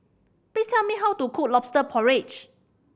please tell me how to cook Lobster Porridge